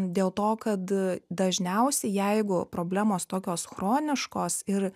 dėl to kad dažniausiai jeigu problemos tokios chroniškos ir